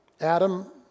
Adam